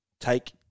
take